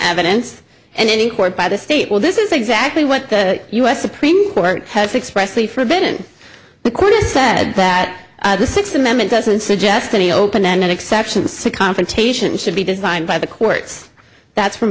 evidence and in court by the state well this is exactly what the u s supreme court has expressly forbidden the korda said that the sixth amendment doesn't suggest any open ended exceptions to confrontation should be designed by the courts that's from